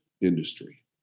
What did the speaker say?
industry